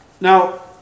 Now